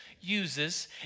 Uses